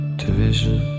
division